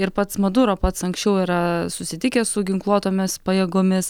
ir pats maduro pats anksčiau yra susitikęs su ginkluotomis pajėgomis